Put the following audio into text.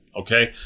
okay